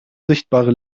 sichtbare